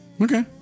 Okay